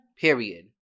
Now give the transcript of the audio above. Period